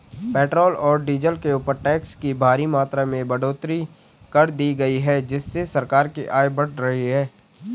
petrol और diesel के ऊपर टैक्स की भारी मात्रा में बढ़ोतरी कर दी गई है जिससे सरकार की आय बढ़ रही है